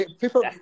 people